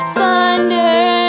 Thunder